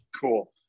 Cool